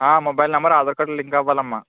ఆ mobile number Aadhaar card link అవ్వలమ్మా